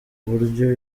uburyo